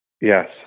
Yes